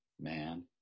man